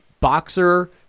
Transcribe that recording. boxer